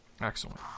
Excellent